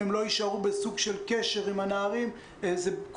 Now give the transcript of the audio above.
אם הם לא יישארו בקשר עם הנערים כל